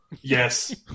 Yes